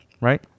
right